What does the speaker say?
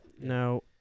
Now